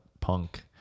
punk